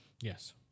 Yes